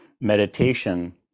Meditation